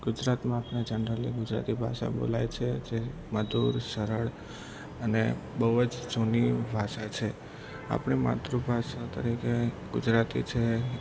ગુજરાતમાં આપણે જનરલી ગુજરાતી ભાષા બોલાય છે જે મધુર સરળ અને બહુ જ જૂની ભાષા છે આપણે માતૃ ભાષા તરીકે ગુજરાતી છે